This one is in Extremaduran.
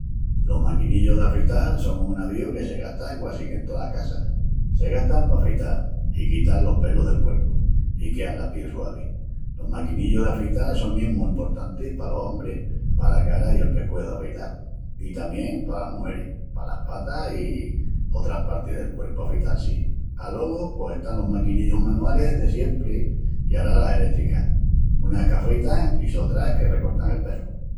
Los maquinillus d'afeital son un avíu que se gasta quasi qu'en tolas casas. Se gastan pa afeital i quital los pelus del cuerpu i queal la piel suavi. Los maquinillus d'afeital sonin mu emportantis palos ombris, pala cara i el pescueçu afeital. I tamién palas mugeris, palas patas i otras partis del cuerpu afeital-si. Alogu pos están los maquinillus manualis de siempri i ara las elétricas, unas qu'afeitan i sotras que recortan el pelu,